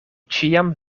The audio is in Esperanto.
ĉiam